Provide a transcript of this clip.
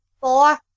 four